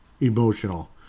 emotional